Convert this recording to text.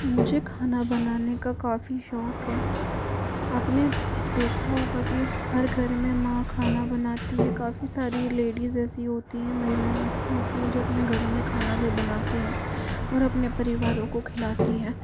मुझे खाना बनाने का काफी शौक है आपने देखा होगा कि हर घर में माँ खाना बनाती है काफी सारी लेडीज़ ऐसी होती है महिलाएँ ऐसी होती है जो अपने घरों मे खाना बनाती हैं और अपने परिवारों को खिलाती हैं